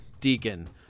Deacon